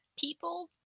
people